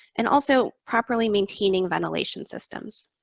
and also properly maintaining ventilation systems.